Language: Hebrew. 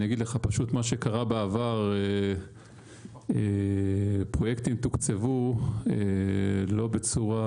מה שקרה בעבר זה שפרויקטים תוקצבו לא בצורה